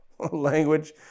language